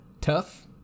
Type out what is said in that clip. tough